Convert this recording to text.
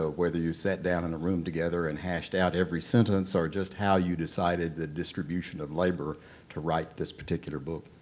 ah whether you sat down in a room together and hashed out every sentence or just how you decided the distribution of labor to write this particular book?